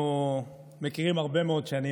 אנחנו מכירים הרבה מאוד שנים,